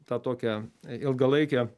tą tokią ilgalaikę